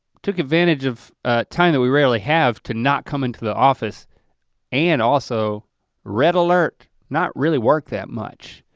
took advantage of time that we rarely have to not come into the office and also red alert, not really work that much.